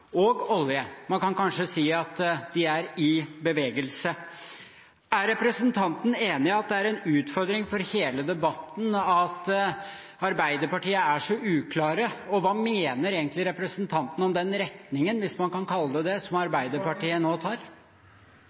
om olje. Man kan kanskje si at de er i bevegelse. Er representanten enig i at det er en utfordring for hele debatten at man i Arbeiderpartiet er så uklar? Og hva mener egentlig representanten om den retningen, hvis man kan kalle den det, som Arbeiderpartiet nå tar?